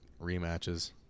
rematches